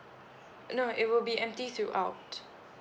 no it will be empty throughout